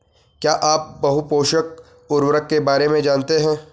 क्या आप बहुपोषक उर्वरक के बारे में जानते हैं?